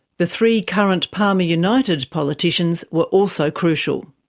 the three current palmer united politicians were also crucial.